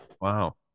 Wow